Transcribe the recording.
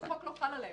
החוק לא חל עליהם.